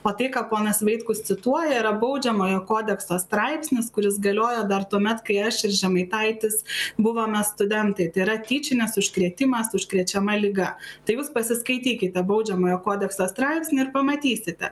o tai ką ponas vaitkus cituoja yra baudžiamojo kodekso straipsnis kuris galiojo dar tuomet kai aš ir žemaitaitis buvome studentai tai yra tyčinis užkrėtimas užkrečiama liga tai jūs pasiskaitykite baudžiamojo kodekso straipsnį ir pamatysite